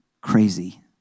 crazy